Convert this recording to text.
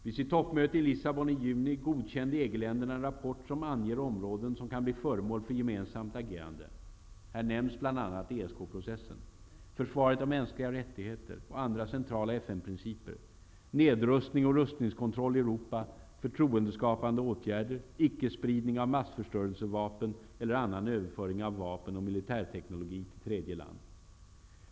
Vid sitt toppmöte i Lissabon i juni godkände EG länderna en rapport som anger områden vilka kan bli föremål för gemensamt agerande. Här nämns bl.a. ESK-processen, försvaret av mänskliga rättigheter och andra centrala FN-principer, nedrustning och rustningskontroll i Europa, förtroendeskapande åtgärder, icke-spridning av massförstörelsevapen eller annan överföring av vapen och militärteknologi till tredje land.